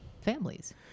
families